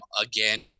again